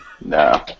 no